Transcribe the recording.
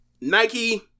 Nike